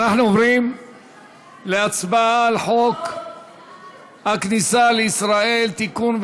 אנחנו עוברים להצבעה על הצעת חוק הכניסה לישראל (תיקון,